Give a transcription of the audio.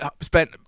spent